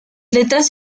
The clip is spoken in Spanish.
letras